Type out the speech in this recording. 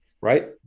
right